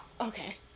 Okay